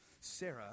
Sarah